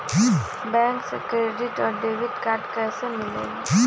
Bank से credit और debit card कैसी मिलेला?